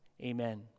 Amen